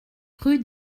rue